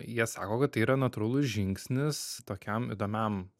jie sako kad tai yra natūralus žingsnis tokiam įdomiam